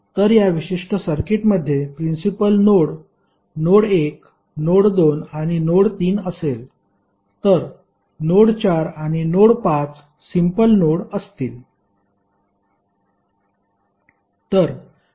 तर या विशिष्ट सर्किटमध्ये प्रिन्सिपल नोड नोड 1 नोड 2 आणि नोड 3 असेल तर नोड 4 आणि नोड 5 सिम्पल नोड असतील